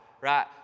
right